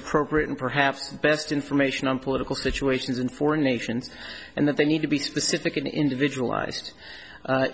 appropriate and perhaps best information on political situations and foreign nations and that they need to be specific in individual eyes